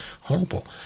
Horrible